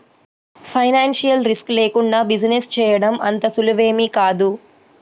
financial risk లేకుండా business చేయడం అంత సులువేమీ కాదు